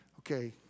Okay